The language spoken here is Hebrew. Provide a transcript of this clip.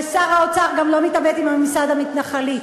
ושר האוצר גם לא מתעמת עם ממסד המתנחלים.